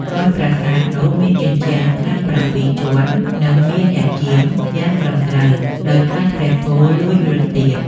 ហើយប្រាសាទនោះ មានជញ្ជាំងខ័ណ្ឌប្រាំពីរជាន់ និង មានអ្នកយាមយ៉ាងត្រឹមត្រូវ ដោយខ្លាចព្រះគោលួចរត់ទៀត។